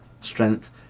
strength